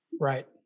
Right